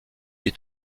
est